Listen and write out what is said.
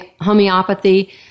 homeopathy